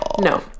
No